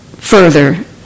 further